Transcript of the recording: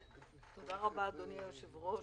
תודה רבה אדוני היושב ראש,